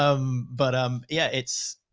um but, um, yeah, it's.